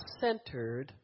centered